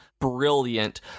brilliant